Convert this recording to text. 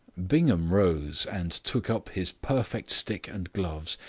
bingham rose and took up his perfect stick and gloves.